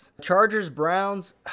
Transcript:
Chargers-Browns